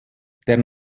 der